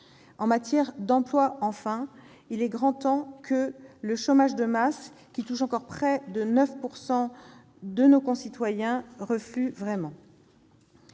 En matière d'emploi, il est grand temps que le chômage de masse, qui touche encore près de 9 % de nos concitoyens, reflue vraiment.